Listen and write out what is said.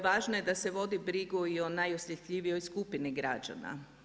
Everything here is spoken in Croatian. Važno je da se vodi brigu i o najosjetljivijoj skupini građana.